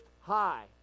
High